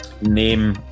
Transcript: name